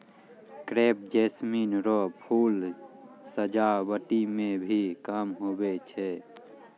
crepe jasmine रो फूल सजावटी मे भी काम हुवै छै